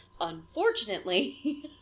unfortunately